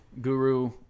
guru